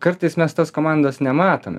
kartais mes tos komandos nematome